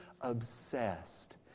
obsessed